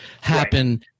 happen